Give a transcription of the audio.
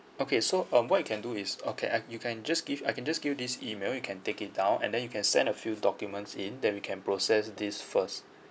okay so um what you can do is okay I you can just give I can just give you this email you can take it down and then you can send a few documents in then we can process this first